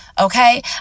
okay